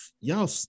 y'all